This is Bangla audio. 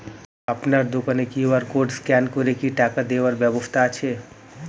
আপনার দোকানে কিউ.আর কোড স্ক্যান করে কি টাকা দেওয়ার ব্যবস্থা আছে?